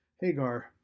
Hagar